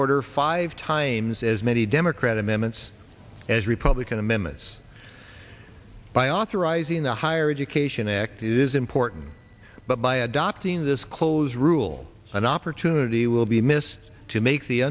order five times as many democratic minutes as republican amendments by authorizing the higher education act is important but by adopting this close rule an opportunity will be missed to make the